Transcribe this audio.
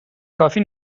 کافی